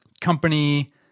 company